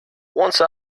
once